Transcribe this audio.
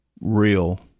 real